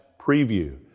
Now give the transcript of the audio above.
preview